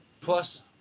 plus